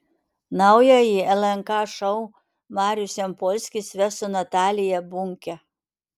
naująjį lnk šou marius jampolskis ves su natalija bunke